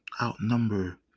outnumber